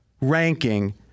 ranking